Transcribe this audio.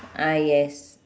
ah yes